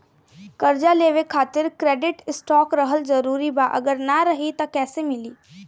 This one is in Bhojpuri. कर्जा लेवे खातिर क्रेडिट स्कोर रहल जरूरी बा अगर ना रही त कैसे मिली?